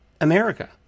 America